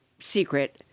secret